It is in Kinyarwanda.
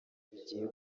bigiye